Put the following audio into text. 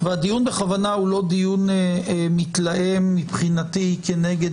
והדיון בכוונה הוא לא דיון מתלהם מבחינתי כנגד